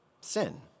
sin